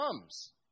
comes